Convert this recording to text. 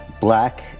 black